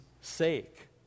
sake